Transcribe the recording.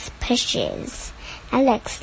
pushes,Alex